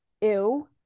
ew